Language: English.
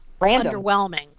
underwhelming